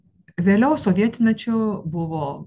vėliau sovietmečiu buvo